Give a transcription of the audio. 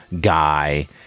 guy